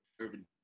Urban